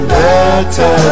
better